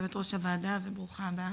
יושבת-ראש הוועדה, וברוכה הבאה.